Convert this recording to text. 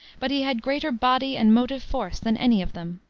but he had greater body and motive force than any of them.